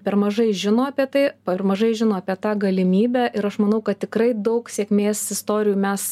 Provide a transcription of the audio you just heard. per mažai žino apie tai per mažai žino apie tą galimybę ir aš manau kad tikrai daug sėkmės istorijų mes